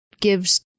gives